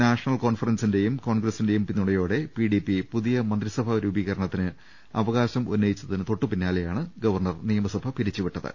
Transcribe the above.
national കോൺഫറൻസിന്റേയും കോൺഗ്രസി ന്റേയും പിന്തുണയോടെ പിഡിപി പുതിയ മന്ത്രിസഭാ രൂപീകരണ ത്തിന് അവകാശം ഉന്നയിച്ചതിന് തൊട്ടുപിന്നാലെയാണ് ഗവർണർ നിയമസഭ പിരിച്ചുവിട്ടത്